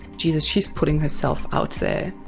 jesus, she's putting herself out there.